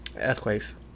earthquakes